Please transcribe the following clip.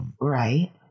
Right